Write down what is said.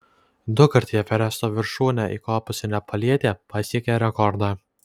dukart į everesto viršūnę įkopusi nepalietė pasiekė rekordą